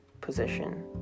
position